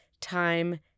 Time